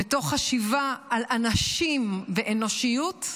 ותוך חשיבה על אנשים ואנושיות,